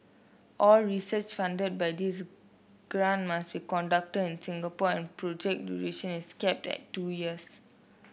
all research funded by this grant must be conducted in Singapore and project duration is capped at two years